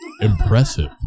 Impressive